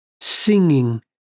singing